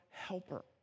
Helper